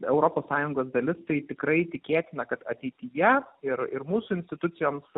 europos sąjungos dalis tai tikrai tikėtina kad ateityje ir ir mūsų institucijoms